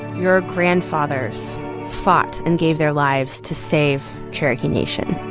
your grandfathers fought and gave their lives to save cherokee nation